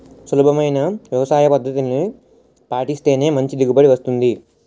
సులభమైన వ్యవసాయపద్దతుల్ని పాటిస్తేనే మంచి దిగుబడి వస్తుంది